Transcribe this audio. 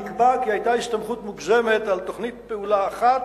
נקבע כי היתה הסתמכות מוגזמת על תוכנית פעולה אחת,